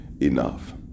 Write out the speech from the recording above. enough